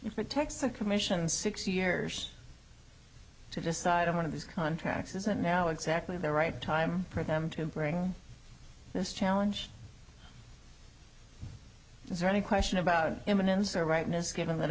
some commission six years to decide on one of these contracts isn't now exactly the right time for them to bring this challenge is there any question about imminence or rightness given that